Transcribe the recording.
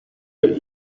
your